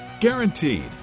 Guaranteed